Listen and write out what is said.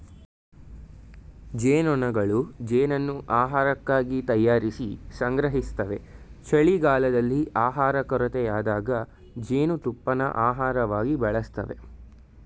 ಜೇನ್ನೊಣಗಳು ಜೇನನ್ನು ಆಹಾರಕ್ಕಾಗಿ ತಯಾರಿಸಿ ಸಂಗ್ರಹಿಸ್ತವೆ ಚಳಿಗಾಲದಲ್ಲಿ ಆಹಾರ ಕೊರತೆಯಾದಾಗ ಜೇನುತುಪ್ಪನ ಆಹಾರವಾಗಿ ಬಳಸ್ತವೆ